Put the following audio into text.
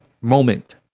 moment